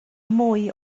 mwy